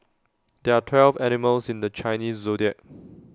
there are twelve animals in the Chinese Zodiac